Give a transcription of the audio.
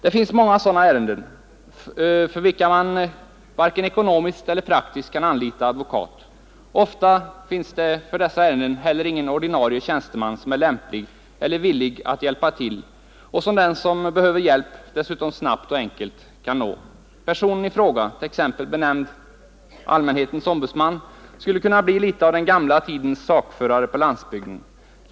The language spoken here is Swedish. Det är många sådana ärenden för vilka man varken ekonomiskt eller praktiskt kan anlita advokat. Ofta finns det för dessa ärenden heller ingen ordinarie tjänsteman, som är lämplig eller villig att hjälpa till och som den som behöver hjälp dessutom snabbt och enkelt kan nå. Personen i fråga, t.ex. benämnd ”allmänhetens ombudsman”, skulle kunna bli litet av den gamla tidens sakförare på landsbygden.